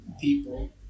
people